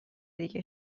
دیگه